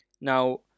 Now